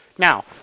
Now